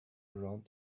around